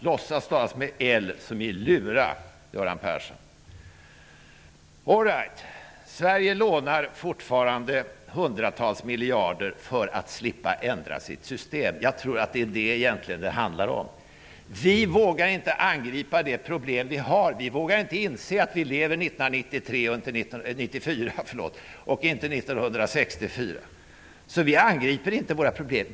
Låtsas stavas med l som i luras, Göran Persson. Sverige lånar fortfarande hundratals miljarder för att slippa ändra sitt system. Jag tror att det är detta som det egentligen handlar om. Vi vågar inte angripa de problem vi har. Vi vågar inte inse att vi lever 1994 och inte 1964. Vi angriper inte problemen.